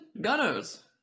gunners